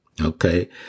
Okay